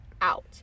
out